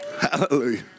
Hallelujah